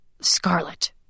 Scarlet